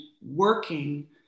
working